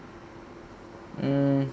mm